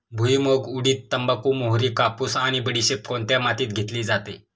भुईमूग, उडीद, तंबाखू, मोहरी, कापूस आणि बडीशेप कोणत्या मातीत घेतली जाते?